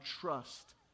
trust